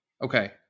Okay